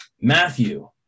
Matthew